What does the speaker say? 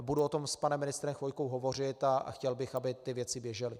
Budu o tom s panem ministrem Chvojkou hovořit a chtěl bych, aby ty věci běžely.